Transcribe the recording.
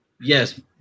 yes